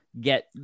get